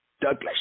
Douglas